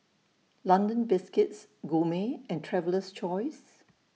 London Biscuits Gourmet and Traveler's Choice